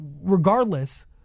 regardless